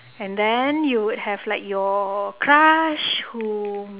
and then you would have like your crush whom